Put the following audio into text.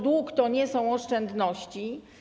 Dług to nie są oszczędności.